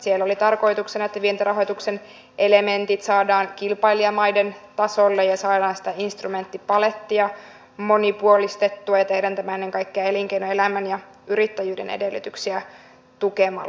siellä oli tarkoituksena että vientirahoituksen elementit saadaan kilpailijamaiden tasolle ja saadaan sitä instrumenttipalettia monipuolistettua ja tehdään tämä ennen kaikkea elinkeinoelämän ja yrittäjyyden edellytyksiä tukemalla